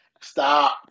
Stop